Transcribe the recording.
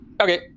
Okay